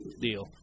deal